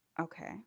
okay